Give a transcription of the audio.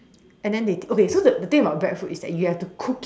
and then they okay so the the thing about breadfruit is that you have to cook it